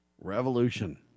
revolution